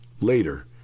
later